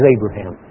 Abraham